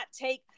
take